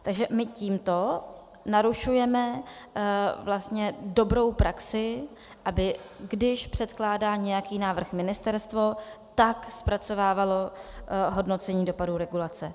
Takže my tímto narušujeme vlastně dobrou praxi, aby když předkládá nějaký návrh ministerstvo, tak zpracovávalo hodnocení dopadů regulace.